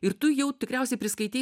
ir tu jau tikriausiai priskaitei